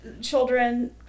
children